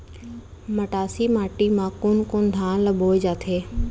मटासी माटी मा कोन कोन धान ला बोये जाथे?